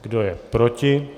Kdo je proti?